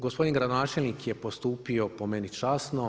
Gospodin gradonačelnik je postupio po meni časno.